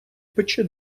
печи